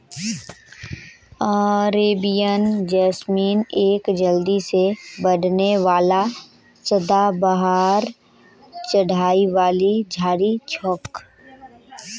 Arabian jasmine एक जल्दी से बढ़ने वाला सदाबहार चढ़ाई वाली झाड़ी छोक